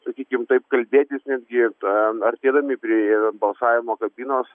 sakykim taip kalbėtis nes gi ta artėdami prie balsavimo kabinos